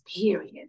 Period